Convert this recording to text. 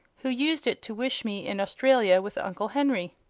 who used it to wish me in australia with uncle henry.